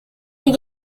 est